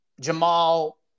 Jamal